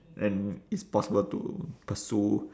and it's possible to pursue